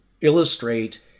illustrate